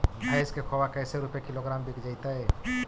भैस के खोबा कैसे रूपये किलोग्राम बिक जइतै?